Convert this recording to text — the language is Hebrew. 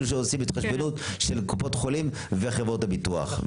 שעושים התחשבנות של קופות חולים וחברות הביטוח.